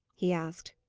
he asked.